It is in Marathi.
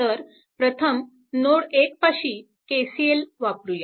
तर प्रथम नोड 1 पाशी KCL वापरूया